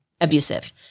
abusive